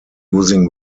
using